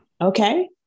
Okay